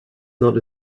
not